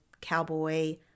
cowboy